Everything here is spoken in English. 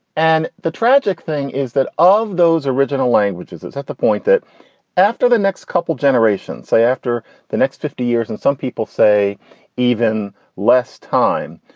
and the tragic thing is that of those original languages, that's at the point that after the next couple of generations, say after the next fifty years and some people say even less time,